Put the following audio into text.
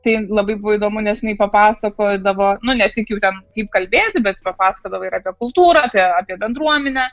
tai labai įdomu nes jinai papasakodavo nu ne tik jau ten kaip kalbėti bet papasakodavo ir apie kultūrą apie apie bendruomenę